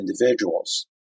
individuals